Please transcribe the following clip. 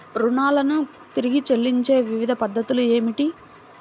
రుణాలను తిరిగి చెల్లించే వివిధ పద్ధతులు ఏమిటి?